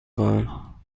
خواهم